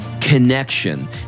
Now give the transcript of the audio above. connection